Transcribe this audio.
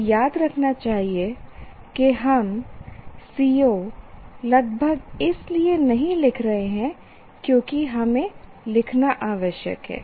यह याद रखना चाहिए कि हम CO लगभग इसलिए नहीं लिख रहे हैं क्योंकि हमें लिखना आवश्यक है